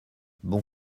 bons